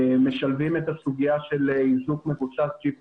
משלבים את הסוגיה של איזוק מבוסס GPS